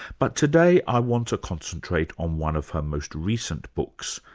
but today i want to concentrate on one of her most recent books,